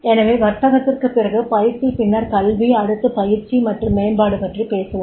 எனவே வர்த்தகத்திற்குப் பிறகு பயிற்சி பின்னர் கல்வி அடுத்து பயிற்சி மற்றும் மேம்பாடு பற்றி பேசுவோம்